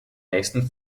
nächsten